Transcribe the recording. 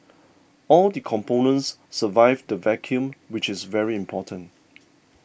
all the components survived the vacuum which is very important